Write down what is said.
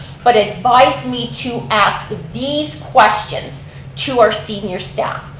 but advised me to ask these questions to our senior staff.